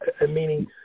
meaning